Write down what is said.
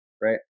Right